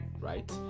right